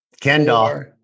Kendall